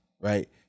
right